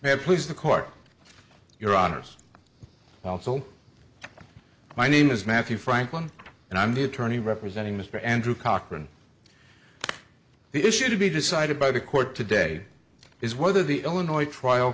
have please the court your honors also my name is matthew franklin and i'm the attorney representing mr andrew cochrane the issue to be decided by the court today is whether the illinois trial